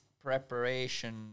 preparation